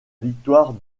victoire